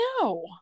no